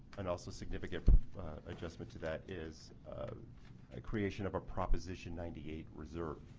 and also significant adjustment to that is a creation of a proposition ninety eight reserve.